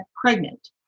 pregnant